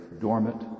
dormant